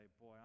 boy